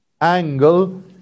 angle